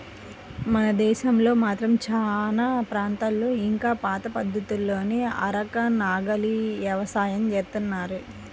మన దేశంలో మాత్రం చానా ప్రాంతాల్లో ఇంకా పాత పద్ధతుల్లోనే అరక, నాగలి యవసాయం జేత్తన్నారు